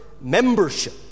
membership